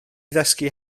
ddysgu